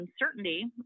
uncertainty